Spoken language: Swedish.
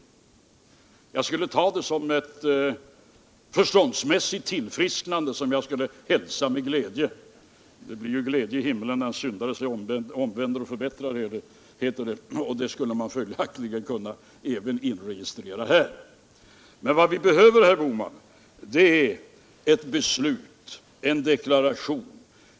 Jag skulle ta det som ett förståndsmässigt tillfrisknande som är att hälsa med glädje. Det blir ju glädje i himmelen när en syndare sig omvänder och förbättrar. Det skulle man följaktligen även kunna inregistrera i det här fallet. Men vad vi behöver, herr Bohman, är ett beslut, en deklaration.